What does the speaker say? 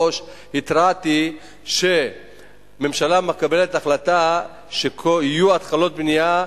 התרעתי שהממשלה מקבלת החלטה שיהיו התחלות בנייה,